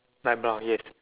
light brown yes